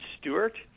Stewart